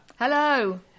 Hello